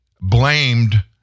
blamed